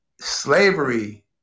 slavery